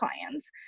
clients